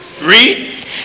Read